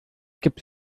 gibt